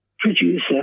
producer